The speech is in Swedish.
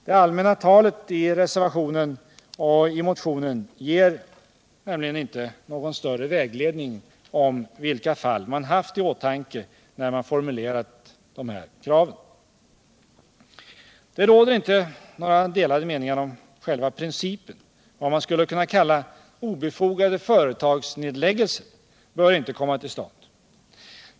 Det allmänna talet i reservationen och i motionen ger nämligen inte någon större vägledning om vilka fall man haft i åtanke när man formulerat sitt krav. Det råder inte några delade meningar om själva principen. Vad man skulle kunna kalla obefogade företagsnedläggelser bör inte komma till stånd.